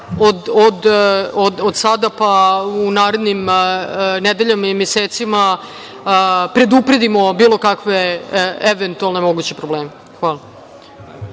od sada pa u narednim nedeljama i mesecima predupredimo bilo kakve eventualne moguće probleme. Hvala.